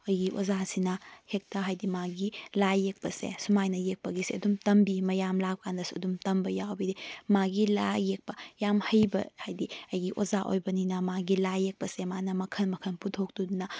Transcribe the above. ꯑꯩꯈꯣꯏꯒꯤ ꯑꯣꯖꯥꯁꯤꯅ ꯍꯦꯛꯇ ꯍꯥꯏꯗꯤ ꯃꯥꯒꯤ ꯂꯥꯏ ꯌꯦꯛꯄꯁꯦ ꯁꯨꯃꯥꯏꯅ ꯌꯦꯛꯄꯒꯤꯁꯦ ꯑꯗꯨꯝ ꯇꯝꯕꯤ ꯃꯌꯥꯝ ꯂꯥꯛꯄ ꯀꯥꯟꯗꯁꯨ ꯑꯗꯨꯝ ꯇꯝꯕ ꯌꯥꯎꯏ ꯃꯥꯒꯤ ꯂꯥꯏ ꯌꯦꯛꯄ ꯌꯥꯝ ꯍꯩꯕ ꯍꯥꯏꯗꯤ ꯑꯩꯒꯤ ꯑꯣꯖꯥ ꯑꯣꯏꯕꯅꯤꯅ ꯃꯥꯒꯤ ꯂꯥꯏ ꯌꯦꯛꯄꯁꯦ ꯃꯥꯅ ꯃꯈꯜ ꯃꯈꯜ ꯄꯨꯊꯣꯛꯇꯨꯅ